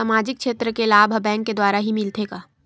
सामाजिक क्षेत्र के लाभ हा बैंक के द्वारा ही मिलथे का?